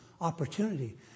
opportunity